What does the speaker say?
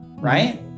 right